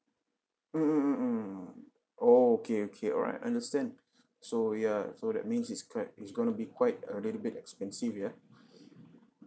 mm mm mm mm mm oh okay okay alright understand so ya so that means it's quite it's going to be quite a little bit expensive ya